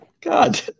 God